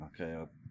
Okay